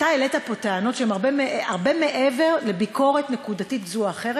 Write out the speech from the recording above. העלית פה טענות שהן הרבה מעבר לביקורת נקודתית זו או אחרת.